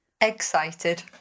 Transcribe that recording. Excited